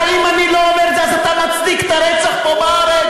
אם אני לא אומר אז אתה מצדיק את הרצח פה בארץ?